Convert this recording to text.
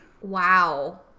Wow